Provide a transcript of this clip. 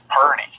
party